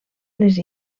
les